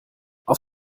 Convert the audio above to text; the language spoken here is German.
auf